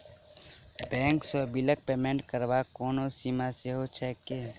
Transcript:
Bank सँ बिलक payment करबाक कोनो सीमा सेहो छैक की?